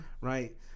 Right